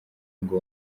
ngo